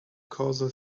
causal